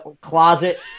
closet